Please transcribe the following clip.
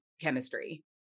chemistry